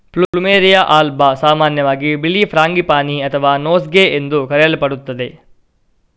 plumeria alba ಸಾಮಾನ್ಯವಾಗಿ ಬಿಳಿ frangipani ಅಥವಾ ನೋಸ್ಗೇ ಎಂದು ಕರೆಯಲ್ಪಡುತ್ತದೆ